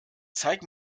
zeig